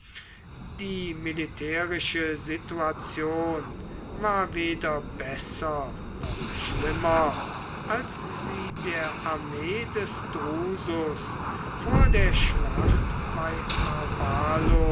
die militärische situation war weder besser noch schlimmer als die der armee des drusus vor der schlacht bei